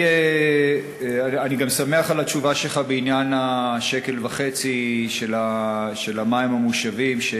אני גם שמח על התשובה שלך בעניין ה-1.5 שקל של המים המושבים.